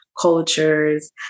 cultures